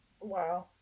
Wow